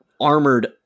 armored